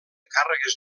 càrregues